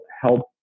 help